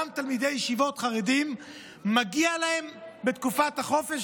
גם לתלמידי ישיבות חרדים מגיע בתקופת החופש